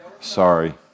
Sorry